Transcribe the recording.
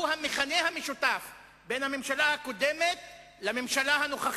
הוא המכנה המשותף בין הממשלה הקודמת לממשלה הנוכחית.